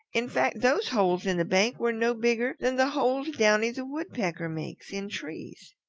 in fact, those holes in the bank were no bigger than the holes downy the woodpecker makes in trees.